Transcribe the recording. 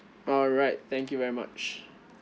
alright thank you very much